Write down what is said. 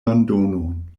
londonon